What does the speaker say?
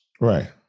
Right